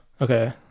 okay